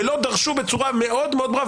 ולא דרשו בצורה מאוד מאוד ברורה,